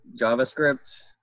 JavaScript